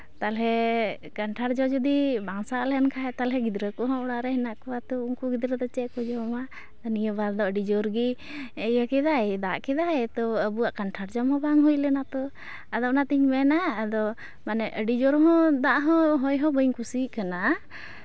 ᱛᱟᱦᱚᱞᱮ ᱠᱟᱱᱴᱷᱟᱲ ᱡᱚ ᱡᱩᱫᱤ ᱵᱟᱝ ᱥᱟᱵ ᱞᱮᱱᱠᱷᱟᱡ ᱜᱤᱫᱽᱨᱟᱹ ᱠᱚᱦᱚᱸ ᱚᱲᱟᱜ ᱨᱮ ᱦᱮᱱᱟᱜ ᱠᱚᱣᱟ ᱛᱚ ᱩᱱᱠᱩ ᱜᱤᱫᱽᱨᱟᱹ ᱫᱚ ᱪᱚᱫ ᱠᱚ ᱡᱚᱢᱟ ᱱᱤᱭᱟᱹ ᱵᱟᱨ ᱫᱚ ᱟᱹᱰᱤ ᱡᱳᱨ ᱜᱮ ᱤᱭᱟᱹ ᱠᱮᱫᱟᱭ ᱫᱟᱜ ᱠᱮᱫᱟᱭ ᱛᱚ ᱟᱵᱚᱣᱟᱜ ᱠᱟᱱᱴᱷᱟᱲ ᱡᱚᱢ ᱦᱚᱸ ᱵᱟᱝ ᱦᱩᱭ ᱞᱮᱱᱟ ᱛᱚ ᱟᱫᱚ ᱚᱱᱟᱛᱤᱧ ᱢᱮᱱᱟ ᱟᱫᱚ ᱢᱟᱱᱮ ᱟᱹᱰᱤ ᱡᱳᱨᱦᱚᱸ ᱫᱟᱜ ᱦᱚᱸ ᱦᱚᱭ ᱦᱚᱸ ᱵᱟᱹᱧ ᱠᱩᱥᱤᱜ ᱠᱟᱱᱟ